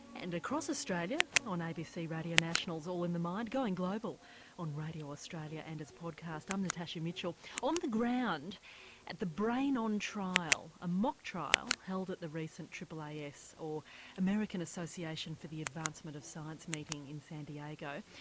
and across australia on abc radio national's all in the mind going global on radio australia and as podcast i'm natasha mitchell on um the ground at the brain on trial, a mock trial held at the recent aaas or american association for the advancement of science meeting in san diego.